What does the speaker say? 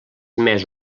més